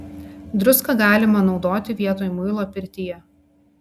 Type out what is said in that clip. druską galima naudoti vietoj muilo pirtyje